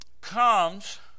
comes